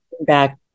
back